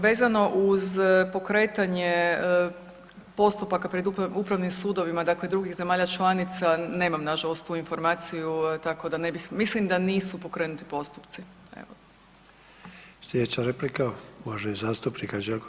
Vezano uz pokretanje postupaka pred upravnim sudovima dakle drugih zemalja članica, nemam nažalost tu informacija, tako da ne bih, mislim da nisu pokrenuti postupci, evo.